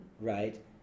Right